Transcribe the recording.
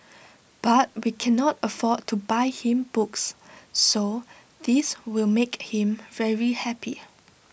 but we cannot afford to buy him books so this will make him very happy